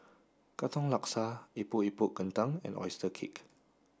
Katong Laksa Epok Epok kentang and Oyster Cake